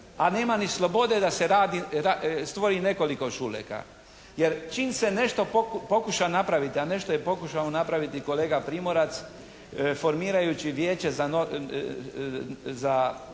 a nema ni slobode da se stvori nekoliko Šuleka. Jer čim se nešto pokuša napraviti, a nešto je pokušao napraviti kolega Primorac formirajući Vijeće za